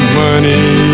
money